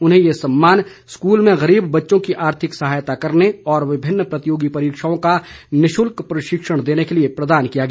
उन्हें ये सम्मान स्कूल में गरीब बच्चों की आर्थिक सहायता करने और विभिन्न प्रतियोगी परीक्षाओं का निशुल्क प्रशिक्षण देने के लिए प्रदान किया गया